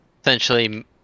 essentially